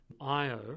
Io